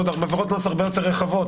ועוד עבירות קנס הרבה יותר רחבות.